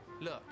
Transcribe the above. Look